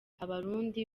abarundi